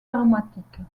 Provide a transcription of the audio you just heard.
aromatiques